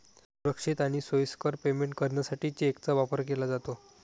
सुरक्षित आणि सोयीस्कर पेमेंट करण्यासाठी चेकचा वापर केला जातो